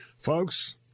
folks